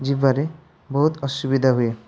ଯିବାରେ ବହୁତ ଅସୁବିଧା ହୁଏ